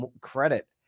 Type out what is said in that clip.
credit